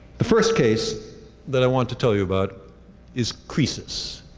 the first case that i want to tell you about is croesus,